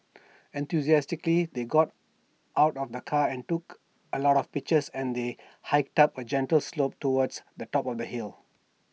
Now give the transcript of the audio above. enthusiastically they got out of the car and took A lot of pictures as they hiked up A gentle slope towards the top of the hill